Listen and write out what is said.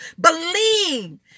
Believe